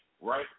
Right